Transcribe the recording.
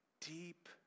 deep